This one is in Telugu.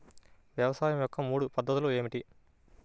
వ్యవసాయం యొక్క మూడు పద్ధతులు ఏమిటి?